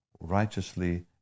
Righteously